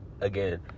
Again